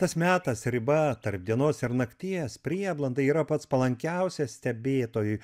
tas metas riba tarp dienos ir nakties prieblanda yra pats palankiausias stebėtojui